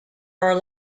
are